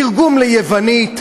תרגום ליוונית.